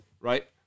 Right